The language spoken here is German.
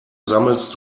sammelst